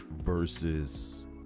versus